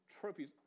trophies